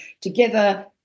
together